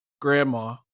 grandma